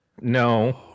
No